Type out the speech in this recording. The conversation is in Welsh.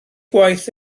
gwaith